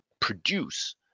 produce